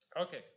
Okay